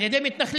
על ידי מתנחלים.